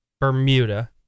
Bermuda